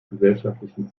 gesellschaftlichen